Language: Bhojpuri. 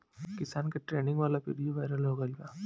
किसान के ट्रेनिंग वाला विडीओ वायरल हो गईल बा